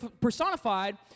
personified